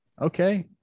Okay